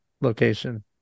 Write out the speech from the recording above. location